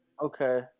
Okay